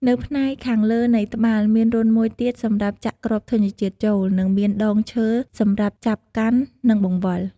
នៅផ្នែកខាងលើនៃត្បាល់ មានរន្ធមួយទៀតសម្រាប់ចាក់គ្រាប់ធញ្ញជាតិចូល និងមានដងឈើសម្រាប់ចាប់កាន់ និងបង្វិល។